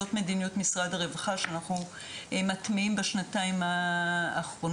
זאת מדיניות משרד הרווחה שאנחנו מטמיעים בשנתיים האחרונות,